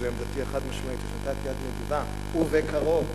זו עמדתי החד-משמעית, הושטת יד נדיבה, ובקרוב,